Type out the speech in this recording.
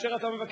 וכאשר אתה מבקש.